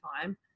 time